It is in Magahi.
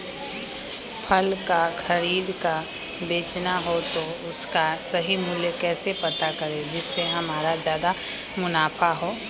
फल का खरीद का बेचना हो तो उसका सही मूल्य कैसे पता करें जिससे हमारा ज्याद मुनाफा हो?